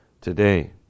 today